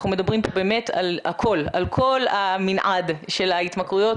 אנחנו מדברים פה באמת על כל המנעד של ההתמכרויות.